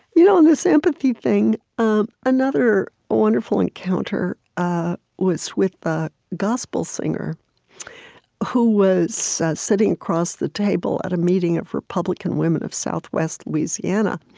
you know and this empathy thing ah another wonderful encounter ah was with a gospel singer who was sitting across the table at a meeting of republican women of southwest louisiana.